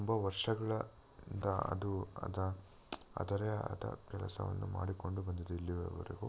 ತುಂಬ ವರ್ಷಗಳ ಇಂದ ಅದು ಅದು ಅದರೆ ಅದ ಕೆಲಸವನ್ನು ಮಾಡಿಕೊಂಡು ಬಂದಿದೆ ಇಲ್ಲಿಯವರೆವಗು